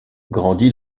grandit